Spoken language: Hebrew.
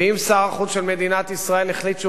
ואם שר החוץ של מדינת ישראל החליט שהוא